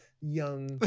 young